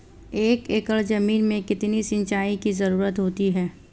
एक एकड़ ज़मीन में कितनी सिंचाई की ज़रुरत होती है?